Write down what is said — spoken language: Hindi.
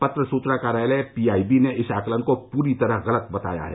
पत्र सुचना कार्यालय पी आई बी ने इस आकलन को पूरी तरह गलत बताया है